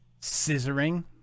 scissoring